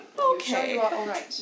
Okay